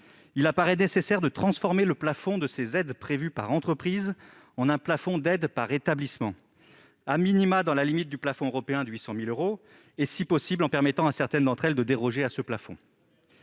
Il apparaît nécessaire de transformer le plafond des aides prévues par entreprise en un plafond d'aide par établissement, dans la limite du plafond européen de 800 000 euros et, si possible, en permettant à certaines d'entre elles de déroger à ce plafond.